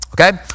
okay